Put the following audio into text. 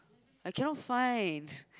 I cannot find